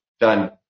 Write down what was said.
done